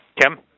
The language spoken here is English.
Kim